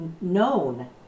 known